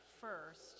first